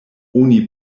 oni